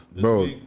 bro